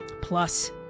Plus